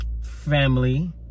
family